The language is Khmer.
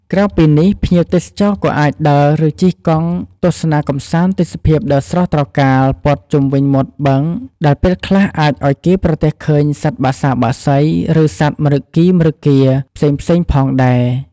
ក្រៅពីនេះភ្ញៀវទេសចរក៏អាចដើរ ឬជិះកង់ទស្សនាកម្សាន្តទេសភាពដ៏ស្រស់ត្រកាលព័ទ្ធជុំវិញមាត់បឹងដែលពេលខ្លះអាចឱ្យគេប្រទះឃើញសត្វបក្សាបក្សី ឬសត្វម្រឹគីម្រឹគា ផ្សេងៗផងដែរ។